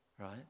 Right